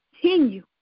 continue